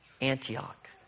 Antioch